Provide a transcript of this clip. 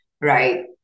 right